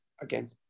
again